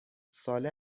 ساله